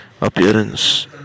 appearance